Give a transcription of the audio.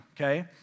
Okay